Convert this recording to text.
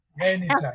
Anytime